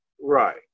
right